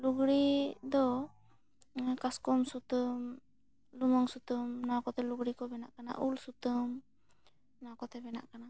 ᱞᱩᱜᱽᱲᱤᱜ ᱫᱚ ᱠᱟᱥᱠᱚᱢ ᱥᱩᱛᱟᱹᱢ ᱞᱩᱢᱟᱹᱝ ᱥᱩᱛᱟᱹᱢ ᱱᱚᱣᱟ ᱠᱚᱛᱮ ᱞᱩᱜᱽᱲᱤᱜ ᱠᱚ ᱵᱮᱱᱟᱜ ᱠᱟᱱᱟ ᱩᱞ ᱥᱩᱛᱟᱹᱢ ᱱᱚᱣᱟ ᱠᱚᱛᱮ ᱵᱮᱱᱟᱜ ᱠᱟᱱᱟ